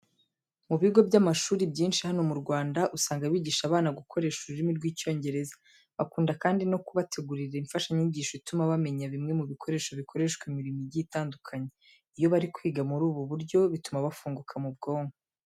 Mu bigo by'amashuri byinshi hano mu Rwanda, usanga bigisha abana bakoresheje ururimi rw'Icyongereza. Bakunda kandi no kubategurira imfashanyigisho ituma bamenya bimwe mu bikoresho bikoreshwa imirimo igiye itandukanye. Iyo bari kwiga muri ubu buryo bituma bafunguka mu bwonko.